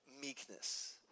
meekness